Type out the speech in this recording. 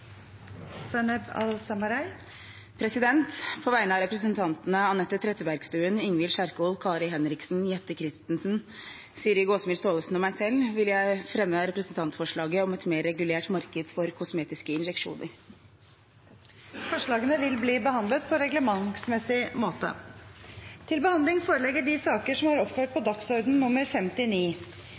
På vegne av stortingsrepresentantene Anette Trettebergstuen, Ingvild Kjerkol, Kari Henriksen, Jette F. Christensen, Siri Gåsemyr Staalesen og meg selv vil jeg framsette et representantforslag om et mer regulert marked for kosmetiske injeksjoner. Forslagene vil bli behandlet på regelementsmessig måte.